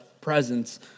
presence